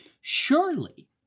Surely